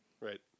Right